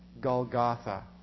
Golgotha